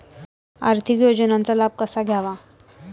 आर्थिक योजनांचा लाभ कसा घ्यावा?